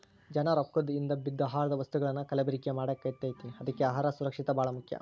ಜನಾ ರೊಕ್ಕದ ಹಿಂದ ಬಿದ್ದ ಆಹಾರದ ವಸ್ತುಗಳನ್ನಾ ಕಲಬೆರಕೆ ಮಾಡಾಕತೈತಿ ಅದ್ಕೆ ಅಹಾರ ಸುರಕ್ಷಿತ ಬಾಳ ಮುಖ್ಯ